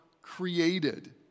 created